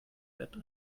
bett